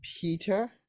Peter